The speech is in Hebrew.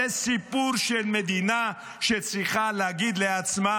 זה סיפור של מדינה שצריכה להגיד לעצמה: